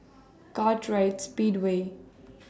Kartright Speedway